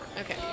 okay